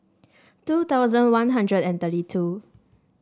two thousand One Hundred and thirty two